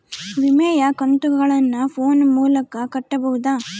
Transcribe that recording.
ವಿಮೆಯ ಕಂತುಗಳನ್ನ ಫೋನ್ ಮೂಲಕ ಕಟ್ಟಬಹುದಾ?